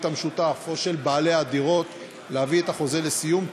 המשותף או של בעלי הדירות להביא את החוזה לסיום,